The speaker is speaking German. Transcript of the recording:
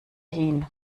hin